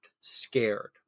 scared